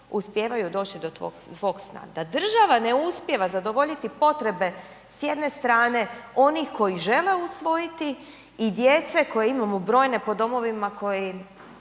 uspijevaju doći do svog sna. Da država ne uspijeva zadovoljiti potrebe s jedne strane onih koji žele usvojiti i djece koje imamo brojne po domovima koji